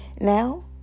Now